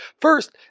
First